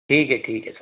ठीक है ठीक है सर